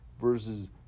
versus